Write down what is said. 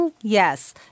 yes